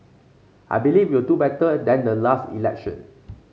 I believe we will do better than the last election